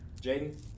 Jaden